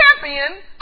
champion